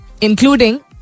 including